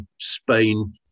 Spain